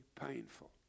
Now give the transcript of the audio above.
painful